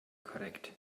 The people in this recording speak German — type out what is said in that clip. korrekt